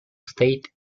state